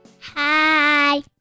Hi